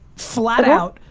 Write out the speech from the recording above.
flat out,